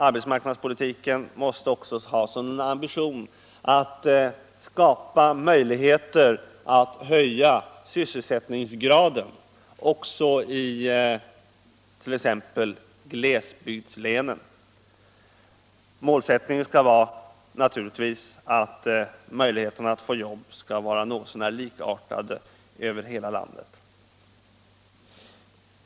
Arbetsmarknadspolitiken måste också ha som ambition att skapa möjligheter att höja sysselsättningsgraden även it.ex. glesbygdslänen. Målsättningen bör naturligtvis vara att möjligheterna att få arbete skall vara något så när likartade över hela landet.